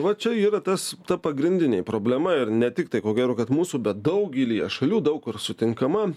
va čia yra tas ta pagrindinė problema ir ne tik tai ko gero kad mūsų bet daugelyje šalių daug kur sutinkama